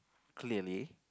clearly